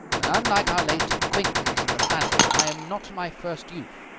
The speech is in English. and, unlike our late acquaintance in the flannel, i am not in my first youth.